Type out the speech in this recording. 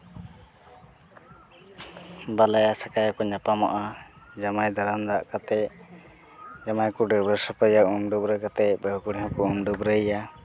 ᱵᱟᱞᱟᱭᱟᱼᱥᱟᱠᱟᱭᱟ ᱠᱚ ᱧᱟᱯᱟᱢᱚᱜᱼᱟ ᱡᱟᱶᱟᱭ ᱫᱟᱨᱟᱢ ᱫᱟᱜ ᱠᱟᱛᱮ ᱡᱟᱶᱟᱭ ᱠᱚ ᱰᱟᱹᱵᱨᱟᱹ ᱥᱟᱯᱟᱭᱮᱭᱟ ᱩᱢᱼᱰᱟᱵᱨᱟᱹ ᱠᱟᱛᱮ ᱵᱟᱹᱦᱩ ᱠᱩᱲᱤ ᱦᱚᱸᱠᱚ ᱩᱢᱼᱰᱟᱹᱵᱨᱟᱹᱭᱮᱭᱟ